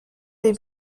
des